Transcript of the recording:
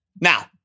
Now